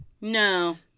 No